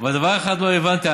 אבל דבר אחד לא הבנתי,